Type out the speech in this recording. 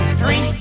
Three